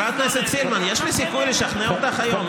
חברת הכנסת סילמן, יש לי סיכוי לשכנע אותך היום?